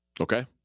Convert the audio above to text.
Okay